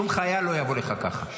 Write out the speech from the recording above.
שום חייל לא יבוא לך ככה.